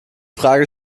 frage